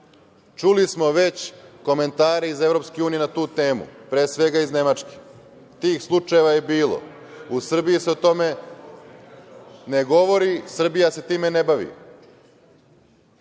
Čuli smo već komentare iz EU na tu temu, pre svega iz Nemačke. Tih slučajeva je bilo. U Srbiji se o tome ne govori. Srbija se time ne bavi.